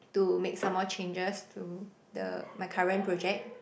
to make some more changes to the my current project